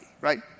right